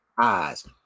eyes